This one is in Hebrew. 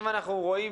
אנחנו רואים,